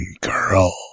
girl